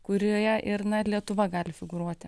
kurioje ir na ir lietuva gali figūruoti